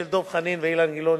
של דב חנין ואילן גילאון,